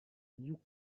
new